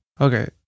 Okay